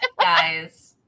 guys